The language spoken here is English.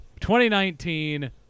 2019